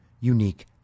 unique